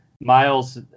Miles